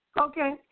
Okay